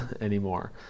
anymore